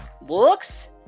looks